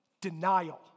Denial